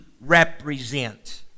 represent